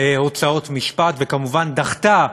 הוצאות משפט, וכמובן דחתה